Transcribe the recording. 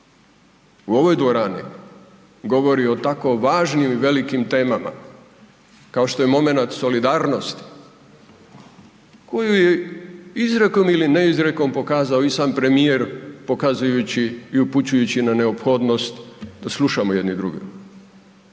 u ovoj dvorani govori o tako važnim i velikim temama kao što je momenat solidarnosti koju je izrekom ili ne izrekom pokazao i sam premijer pokazujući i upućujući na neophodnost da slušamo jedni druge